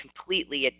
completely